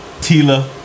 Tila